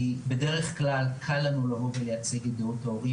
בדרך כלל קל לנו לייצג את דעות ההורים